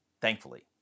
thankfully